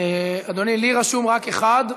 אדוני, לי רשום רק אחד.